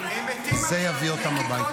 זה יביא אותם הביתה.